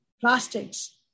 plastics